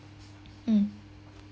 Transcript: mm